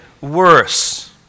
worse